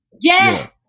Yes